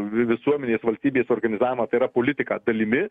visuomenės valstybės organizavimą tai yra politiką dalimi